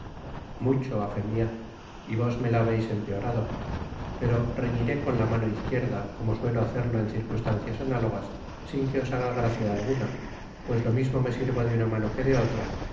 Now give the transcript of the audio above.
mucho á fé mia y vos me la habeis empeorado pero reñiré con la mano izquierda como suelo hacerlo en circunstancias análogas sin que os haga gracia alguna pues lo mismo me sirvo de una mano que de otra